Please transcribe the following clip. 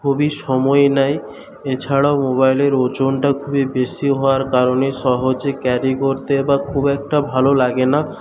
খুবই সময় নেয় এছাড়াও মোবাইলের ওজনটা খুবই বেশী হওয়ার কারণে সহজে ক্যারি করতে বা খুব একটা ভালো লাগে না